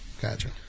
Gotcha